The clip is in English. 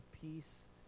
peace